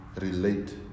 relate